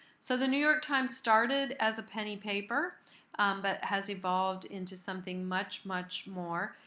so the new york times started as a penny paper but has evolved into something much, much more.